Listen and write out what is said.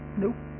nope